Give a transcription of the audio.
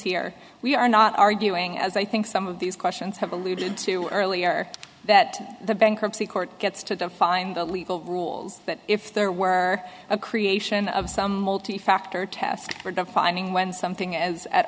here we are not arguing as i think some of these questions have alluded to earlier that the bankruptcy court gets to define the legal rules but if there were a creation of some multi factor test for defining when something is at